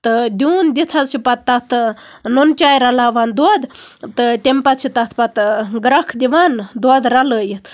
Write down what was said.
تہٕ دیوٗن دِتھ حظ چھِ تَتھ پَتہٕ نُن چایہِ رَلاوان دۄد تَمہِ پَتہٕ چھِ تَتھ پَتہٕ گرٮ۪کھ دِوان دۄد رَلٲوِتھ